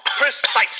Precisely